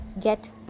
get